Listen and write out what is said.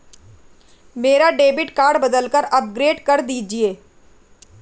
मेरा debit card बदलकर upgrade कर दीजिए